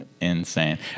insane